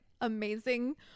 amazing